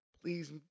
Please